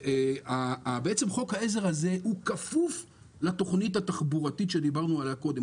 בעצם חוק העזר הזה כפוף לתוכנית התחבורתית שדיברנו עליה קודם,